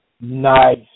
Nice